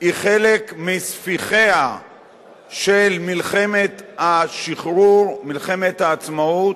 מספיחיה של מלחמת השחרור, מלחמת העצמאות.